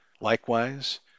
Likewise